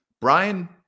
Brian